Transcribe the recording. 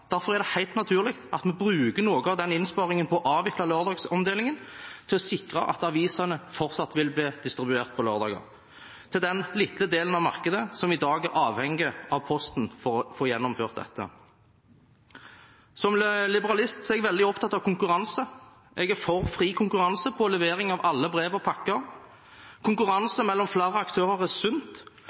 derfor er det helt naturlig at vi bruker noe av innsparingen ved å avvikle lørdagsomdelingen til å sikre at avisene fortsatt vil bli distribuert på lørdager til den lille delen av markedet som i dag er avhengig av Posten for å få gjennomført dette. Som liberalist er jeg veldig opptatt av konkurranse. Jeg er for fri konkurranse på levering av alle brev og pakker. Konkurranse mellom flere aktører er sunt,